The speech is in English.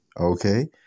okay